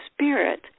spirit